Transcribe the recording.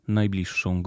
najbliższą